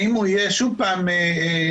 האם הוא יהיה שוב פעם תלוי,